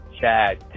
Chad